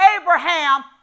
Abraham